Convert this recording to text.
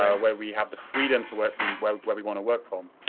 ah where we have the freedom to work from where where we want to work from.